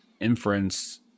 inference